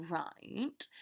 right